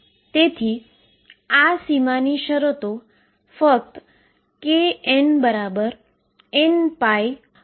તેથી તેની kinetic energy વધારે છે